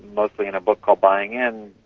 mostly in a book called buying in,